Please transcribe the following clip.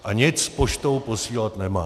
A nic poštou posílat nemáš!